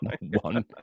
One